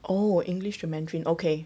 oh english or mandarin okay